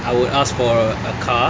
I would ask for a a car